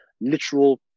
literal